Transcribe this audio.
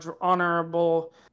honorable